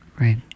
Right